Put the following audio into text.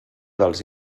dels